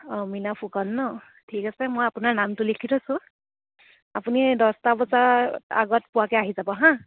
অঁ মীনা ফুকন ন ঠিক আছে মই আপোনাৰ নামটো লিখি থৈছোঁ আপুনি দহটা বজাত আগত পোৱাকে আহি যাব হা